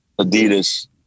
Adidas